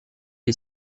est